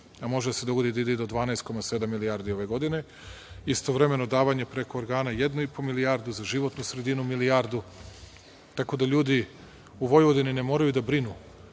a može da se dogodi da ide i do 12,7 milijardi ove godine. Istovremeno davanje preko organa jednu i po milijardu za životnu sredinu milijardu, tako da ljudi u Vojvodini ne moraju da brinu.